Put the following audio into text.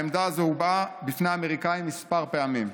העמדה הזו הובעה בפני האמריקנים כמה פעמים.